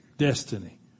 Destiny